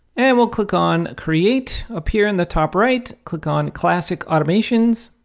and we'll click on, create appear in the top right, click on classic automations.